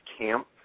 camp